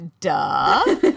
duh